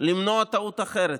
למנוע טעות אחרת,